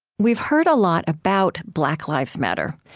we've heard a lot about black lives matter,